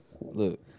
Look